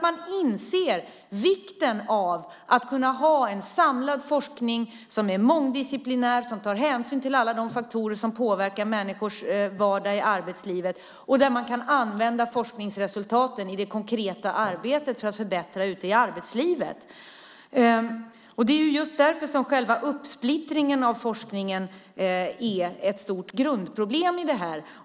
Man inser vikten av att ha en samlad forskning som är mångdisciplinär, som tar hänsyn till alla de faktorer som påverkar människors vardag i arbetslivet och där man kan använda forskningsresultaten i det konkreta arbetet för att förbättra ute i arbetslivet. Det är just därför som själva uppsplittringen av forskningen är ett stort grundproblem.